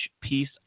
piece